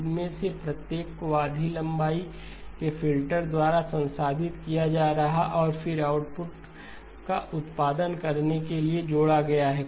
इनमें से प्रत्येक को आधी लंबाई के फिल्टर द्वारा संसाधित किया जा रहा है और फिर आउटपुट का उत्पादन करने के लिए जोड़ा गया है